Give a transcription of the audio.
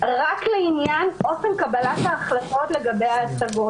לעניין אופן קבלת ההחלטות לגבי ההשגות.